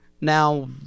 Now